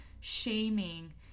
shaming